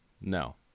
No